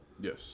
Yes